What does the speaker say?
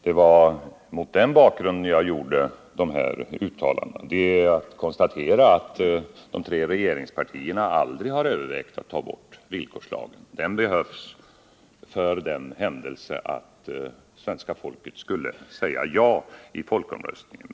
Det var mot den bakgrunden jag gjorde uttalandena om igångsättningen av reaktorer vid ett ja i folkomröstningen. Det är att konstatera att de tre regeringspartierna aldrig har övervägt att ta bort villkorslagen — den behövs för den händelse svenska folket skulle säga ja i folkomröstningen.